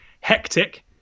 hectic